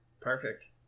Perfect